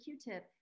Q-tip